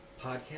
podcast